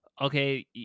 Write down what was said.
okay